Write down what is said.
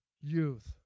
youth